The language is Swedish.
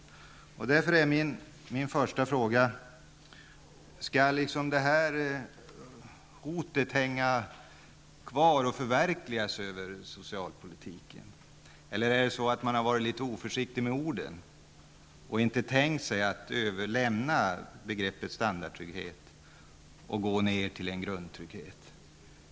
Jag vill därför börja med att fråga: Skall detta hot hänga kvar över socialpolitiken och förverkligas? Eller är det så att man har varit litet oförsiktig med orden och inte tänkt sig att lämna begreppet standardtrygghet och gå ner till en grundtrygghet?